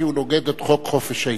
כי הוא נוגד את חוק חופש העיסוק.